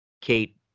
Kate